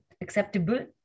acceptable